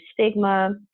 stigma